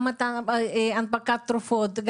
גם הנפקת תרופות,